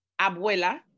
abuela